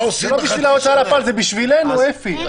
זה לא בשביל ההוצאה לפועל, זה בשבילנו, אפי.